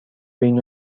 بین